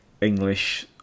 English